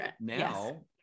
now